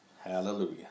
hallelujah